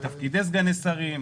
על תפקידי סגני שרים,